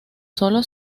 solo